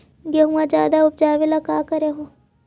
गेहुमा ज्यादा उपजाबे ला की कर हो?